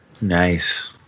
Nice